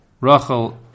Rachel